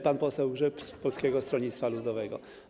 Pan poseł Grzyb z Polskiego Stronnictwa Ludowego.